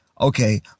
okay